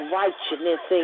righteousness